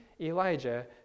Elijah